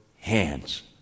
hands